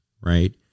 right